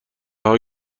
رها